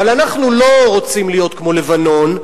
אבל אנחנו לא רוצים להיות כמו לבנון,